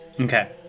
Okay